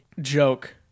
joke